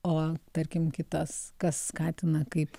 o tarkim kitas kas skatina kaip